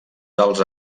dels